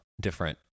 different